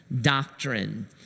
doctrine